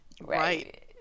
Right